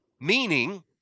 meaning